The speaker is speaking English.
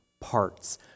parts